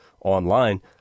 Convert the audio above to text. online